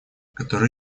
которые